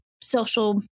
social